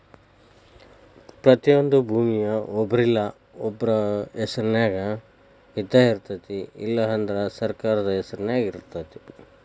ಪ್ರತಿಯೊಂದು ಭೂಮಿಯ ಒಬ್ರಿಲ್ಲಾ ಒಬ್ರ ಹೆಸರಿನ್ಯಾಗ ಇದ್ದಯಿರ್ತೈತಿ ಇಲ್ಲಾ ಅಂದ್ರ ಸರ್ಕಾರದ ಹೆಸರು ನ್ಯಾಗ ಇರ್ತೈತಿ